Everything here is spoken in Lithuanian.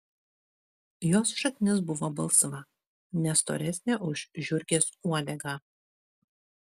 jos šaknis buvo balsva ne storesnė už žiurkės uodegą